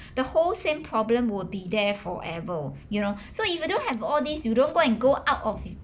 the whole same problem would be there forever you know so if you don't have all these you don't go and go out of